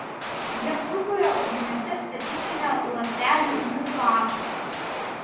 jie sukuria audiniuose specifinę ląstelių mikroaplinką